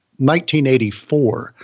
1984